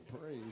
praise